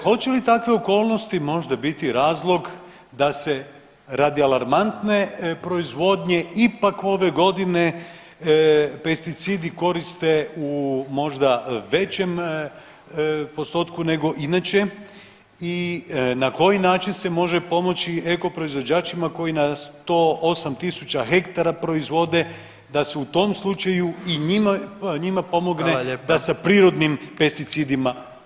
Hoće li takve okolnosti možda biti razloga da se radi alarmantne proizvodnje ipak ove godine pesticidi koriste u možda većem postotku nego inače i na koji način se može pomoći ekoproizvođačima koji na 108.000 hektara proizvode da se u tom slučaju i njima pomogne [[Upadica: Hvala lijepa.]] da sa prirodnim pesticidima